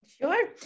Sure